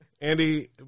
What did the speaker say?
Andy